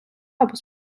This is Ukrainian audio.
або